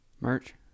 Merch